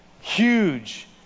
huge